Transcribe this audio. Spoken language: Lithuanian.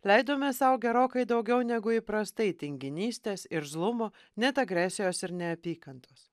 leidome sau gerokai daugiau negu įprastai tinginystės irzlumo net agresijos ir neapykantos